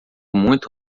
muito